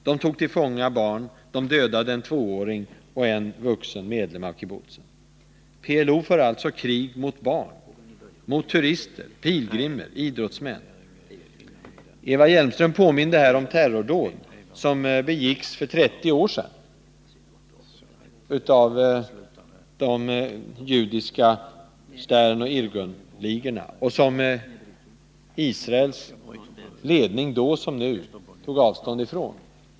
De tog till fånga barn och dödade en tvååring och en vuxen medlem av kibbutzen. PLO för alltså krig mot barn, liksom också mot turister, pilgrimer och idrottsmän. Eva Hjelmström påminde om terrordåd som begicks för 30 år sedan av de judiska Sternoch Irgunligorna och som Israels ledning, då som nu, tog avstånd från.